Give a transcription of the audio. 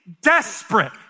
desperate